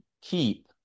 keep